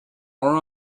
war